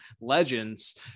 legends